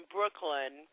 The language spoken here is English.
Brooklyn